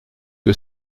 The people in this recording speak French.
que